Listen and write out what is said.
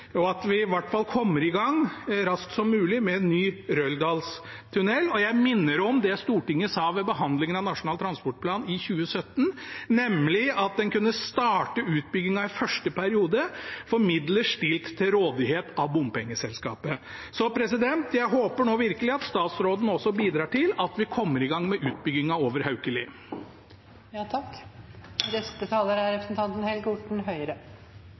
at vi i hvert fall kommer i gang så raskt som mulig med en ny Røldalstunnel. Jeg minner om det Stortinget sa ved behandlingen av Nasjonal transportplan i 2017, nemlig at en kunne starte utbyggingen i første periode for midler stilt til rådighet av bompengeselskapet. Så jeg håper nå virkelig at statsråden også bidrar til at vi kommer i gang med utbyggingen over